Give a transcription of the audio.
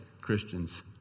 Christians